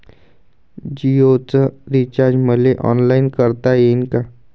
जीओच रिचार्ज मले ऑनलाईन करता येईन का?